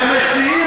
ומציעים